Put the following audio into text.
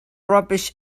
rubbish